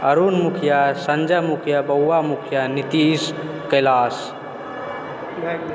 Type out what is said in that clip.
अरुण मुखिया सञ्जय मुखिया बौआ मुखिया नीतिश कैलाश